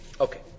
Okay